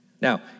Now